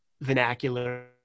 Vernacular